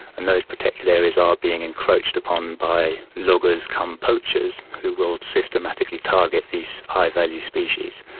and those protected areas are being encroached upon by loggers-come-poachers, who will systematically target these high value species.